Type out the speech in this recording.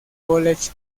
college